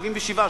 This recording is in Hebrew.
77%,